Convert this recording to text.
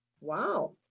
Wow